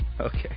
Okay